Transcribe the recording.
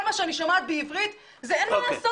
כל מה שאני שומעת בעברית זה: אין מה לעשות,